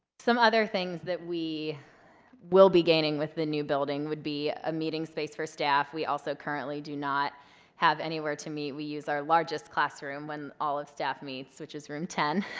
some other things that we will be gaining with the new building would be a meeting space for staff. we also currently do not have anywhere to meet. we use our largest classroom when all of staff meets which is room ten.